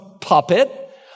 puppet